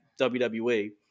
WWE